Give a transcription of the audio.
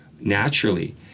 naturally